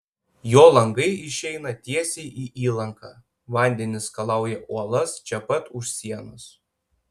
jo langai išeina tiesiai į įlanką vandenys skalauja uolas čia pat už sienos